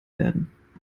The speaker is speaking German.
werden